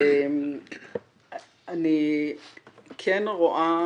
אני כן רואה